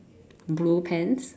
blue pants